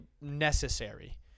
necessary